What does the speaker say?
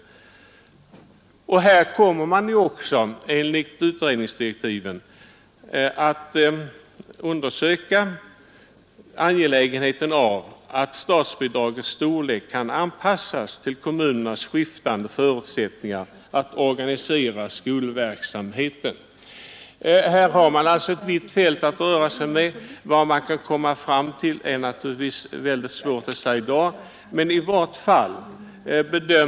Enligt Stödundervisning Ar Kas pr gr §> OSTI utredningens direktiv är det angeläget att statsbidragets storlek kan i simning 4 en GES = anpassas till kommunernas skiftande förutsättningar att organisera utnyttjande av stödundervisning, om olika statsbidrag och om ansvarsfördelningen mellan stat och kommun är föremål för utredning, och i skolverksamheten. Utredningen har alltså ett vitt fält att röra sig över. Vad utredningen kan komma fram till är det naturligtvis svårt att nu säga.